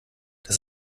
das